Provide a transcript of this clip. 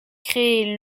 créée